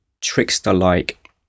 trickster-like